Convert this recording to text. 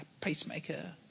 pacemaker